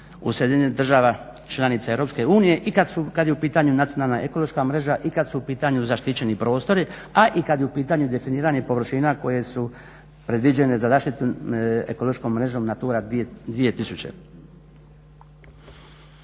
u sredini država članica EU i kada je u pitanju nacionalna ekološka mreža i kada su u pitanju zaštićeni prostori, a i kada je u pitanju definiranje površina koje su predviđene za zaštitu ekološkom mrežom NATURA 2000.